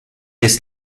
jest